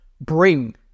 bring